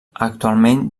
actualment